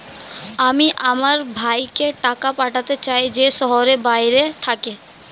আমি আমার ভাইকে টাকা পাঠাতে চাই যে শহরের বাইরে থাকে